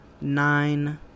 nine